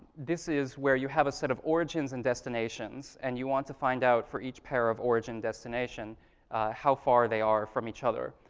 this is where you have a set of origins and destinations, and you want to find out for each pair of origin destination how far they are from each other.